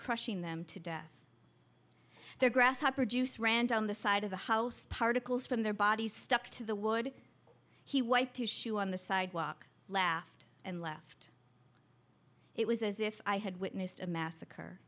crushing them to death their grasshopper juice ran down the side of the house particles from their bodies stuck to the wood he wiped his shoe on the sidewalk laughed and left it was as if i had witnessed a massacre